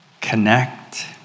connect